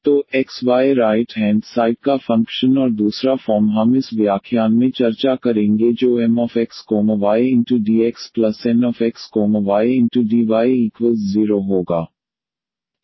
तो x y right hand side का function और दूसरा फॉर्म हम इस व्याख्यान में चर्चा करेंगे जो MxydxNxydy0 होगा